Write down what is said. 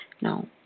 Now